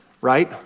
right